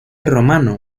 romano